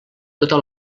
tota